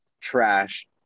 trash